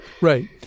Right